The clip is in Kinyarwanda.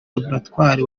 laboratwari